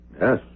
Yes